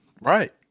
Right